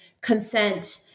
consent